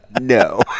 no